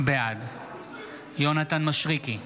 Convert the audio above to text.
בעד יונתן מישרקי,